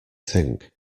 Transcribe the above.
think